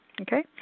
okay